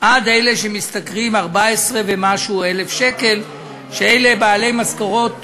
עד 14,000 שקל ומשהו, שהם בעלי משכורות